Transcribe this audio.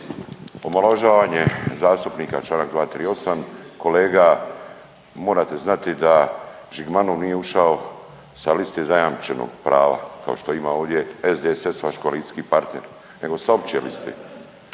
Omalovažavanje zastupnika čl. 238., kolega morate znati da Žigmanov nije ušao sa liste zajamčenog prava kao što ima ovdje SDSS vaš koalicijski partner nego sa opće liste,